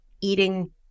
eating